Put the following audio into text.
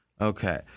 Okay